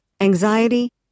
anxiety